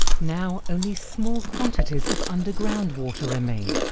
now, only small quantities of underground water remain.